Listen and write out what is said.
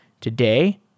today